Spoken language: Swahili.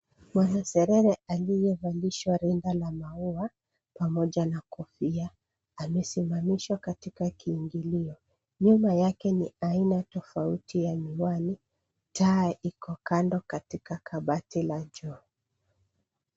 Mwanaserere aliyevalishwa linda la maua pamoja na kofia amesimamishwa katika kiingilio. Nyuma yake ni aina tofauti za miwani. Taa iko kando katika kabati la juu.